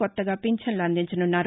కొత్తగా పింఛన్లు అందించనున్నారు